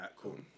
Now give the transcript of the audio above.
cool